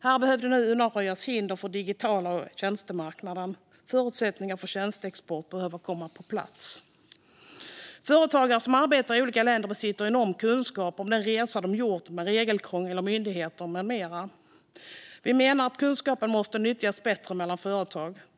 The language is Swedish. Här behöver det nu undanröjas hinder för den digitala marknaden och tjänstemarknaden. Förutsättningar för tjänsteexport behöver komma på plats. Företagare som arbetar i olika länder besitter enorm kunskap om den resa de gjort med regelkrångel, myndigheter med mera. Vi menar att kunskapen måste nyttjas bättre mellan företag.